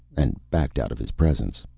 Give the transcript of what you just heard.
and backed out of his presence.